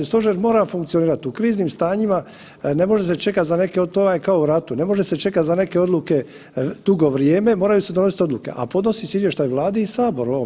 Stožer mora funkcionirati, u kriznim stanjima ne može se čekati za neke, to vam je kao u ratu, ne može se čekati za neke odluke dugo vrijeme, moraju se donositi odluke, a podnosi se izvještaj Vladi i Saboru ovom.